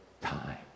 time